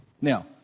Now